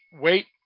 wait